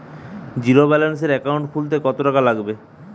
জিরোব্যেলেন্সের একাউন্ট খুলতে কত টাকা লাগবে?